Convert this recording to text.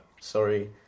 sorry